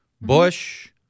Bush